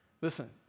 Listen